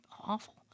awful